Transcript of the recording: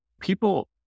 people